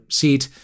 seat